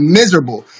miserable